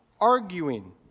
arguing